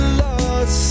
lost